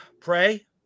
Pray